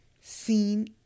seen